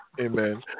Amen